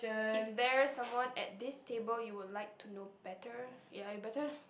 is there someone at this table you would like to know better ya you better